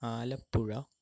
Alappuzha